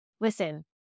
Listen